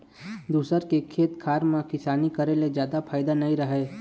दूसर के खेत खार म किसानी करे ले जादा फायदा नइ रहय